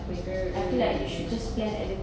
mm mm mm mm